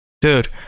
Dude